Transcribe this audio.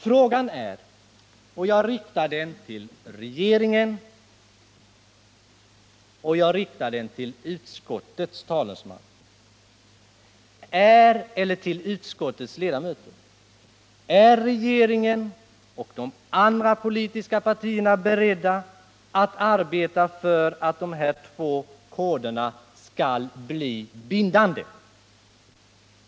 Frågan är — och jag riktar den till regeringen och till utskottets ledamöter: Är regeringen och de andra politiska partierna beredda att arbeta för att de här två koderna skall bli bindande?